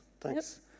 thanks